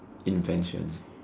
invention